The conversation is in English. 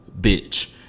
Bitch